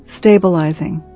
stabilizing